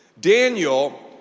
Daniel